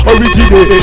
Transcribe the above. Original